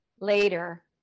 later